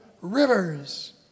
rivers